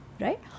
right